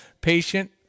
patient